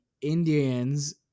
Indians